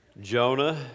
Jonah